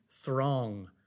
throng